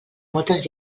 moltes